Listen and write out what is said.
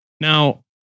Now